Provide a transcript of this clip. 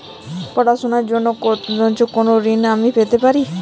পড়াশোনা র জন্য কোনো ঋণ কি আমি পেতে পারি?